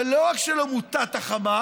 ולא רק שהוא לא מוטט החמאס,